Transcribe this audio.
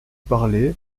parlait